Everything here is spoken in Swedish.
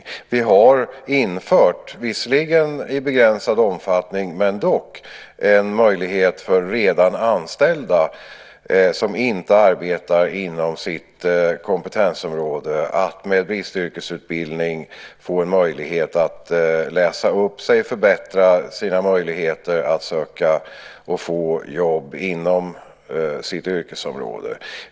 Vi har infört - visserligen i begränsad omfattning, men dock - en möjlighet för redan anställda som inte arbetar inom sitt kompetensområde att med bristyrkesutbildning få en möjlighet att läsa upp sig, förbättra sina möjligheter att söka och få jobb inom sitt yrkesområde.